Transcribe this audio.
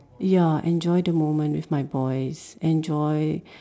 ya enjoy the moment with my boys enjoy